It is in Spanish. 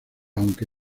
aunque